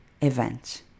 event